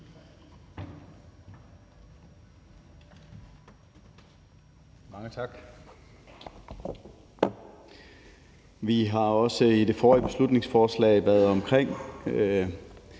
Mange tak. Vi har også i det forrige beslutningsforslag været omkring